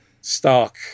stark